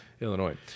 Illinois